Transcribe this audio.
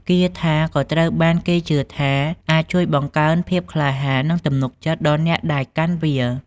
គាថាក៏ត្រូវបានគេជឿថាអាចជួយបង្កើនភាពក្លាហាន និងទំនុកចិត្តដល់អ្នកដែលកាន់វា។